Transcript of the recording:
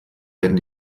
werden